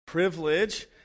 privilege